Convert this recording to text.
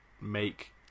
make